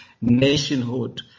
nationhood